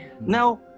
Now